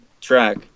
track